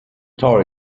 tower